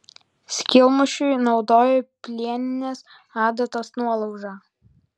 skylmušiui naudojo plieninės adatos nuolaužą